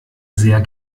sehr